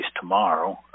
tomorrow